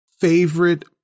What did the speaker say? favorite